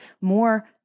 more